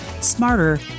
smarter